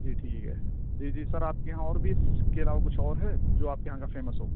جی ٹھیک ہے جی جی سر آپ کے یہاں اور بھی اس کے علاوہ کچھ اور ہے جو آپ کے یہاں کا فیمس ہو